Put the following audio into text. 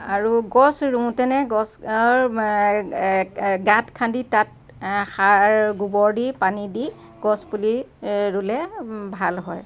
আৰু গছ ৰোওতেনে গছৰ গাঁত খান্দি তাত সাৰ গোবৰ দি গছপুলি ৰুলে ভাল হয়